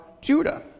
Judah